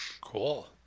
Cool